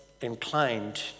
inclined